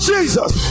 Jesus